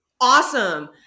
awesome